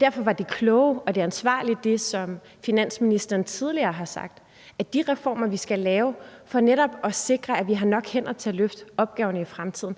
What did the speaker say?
Derfor var det kloge og det ansvarlige det, som finansministeren tidligere har sagt, nemlig at de reformer, vi skal lave for netop at sikre, at vi har nok hænder til at løfte opgaverne i fremtiden,